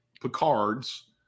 Picards